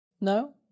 No